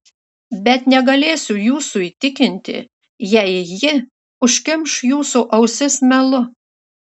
bet negalėsiu jūsų įtikinti jei ji užkimš jūsų ausis melu